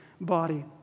body